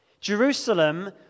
Jerusalem